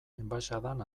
enbaxadan